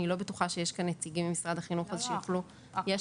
אני לא בטוחה שיש כאן נציגים ממשרד החינוך שיוכלו --- יש